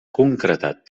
concretat